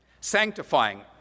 sanctifying